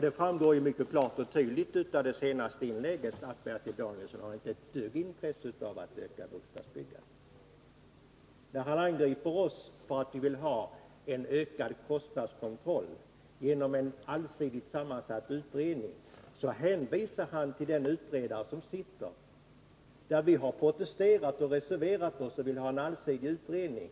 Det framgår klart och tydligt av Bertil Danielssons senaste inlägg att han inte har ett dugg intresse av att öka bostadsbyggandet. Han angriper oss socialdemokrater för att vi vill ha en bättre kostnadskontroll genom en allsidigt sammansatt utredning och hänvisar samtidigt till den utredare som redan är tillsatt. Vi har protesterat och reserverat oss, för vi vill ha en allsidig utredning.